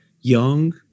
young